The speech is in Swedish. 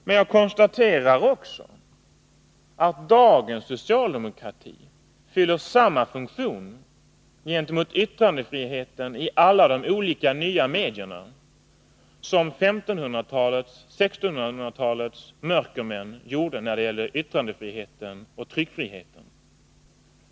Men jag konstaterar också att dagens socialdemokrati fyller samma funktion gentemot yttrandefriheten i alla de olika nya medierna som 1500 och 1600-talens mörkermän gjorde när det gällde yttrandefriheten och tryckfriheten.